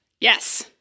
Yes